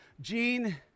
Gene